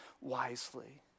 wisely